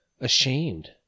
ashamed